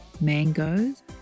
mangoes